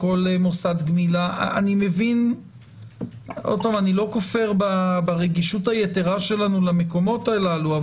בכל מוסד גמילה אני לא כופר ברגישות היתרה שלנו למקומות הללו,